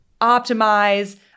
optimize